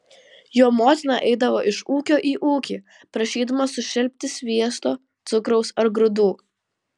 jo motina eidavo iš ūkio į ūkį prašydama sušelpti sviesto cukraus ar grūdų